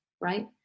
right